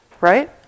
Right